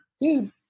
Dude